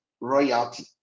Royalty